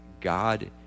God